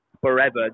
forever